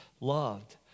loved